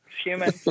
human